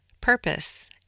purpose